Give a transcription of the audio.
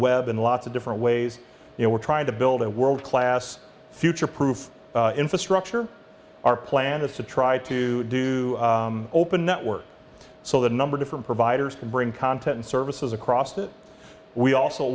web in lots of different ways you know we're trying to build a world class futureproof infrastructure our plan is to try to do open network so the number different providers can bring content services across that we also